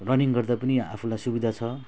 running गर्दा पनि आफूलाई सुविधा छ